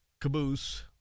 caboose